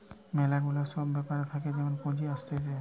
ম্যালা গুলা সব ব্যাপার থাকে যে পুঁজি আসতিছে